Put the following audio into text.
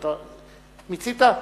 מיצית?